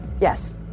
Yes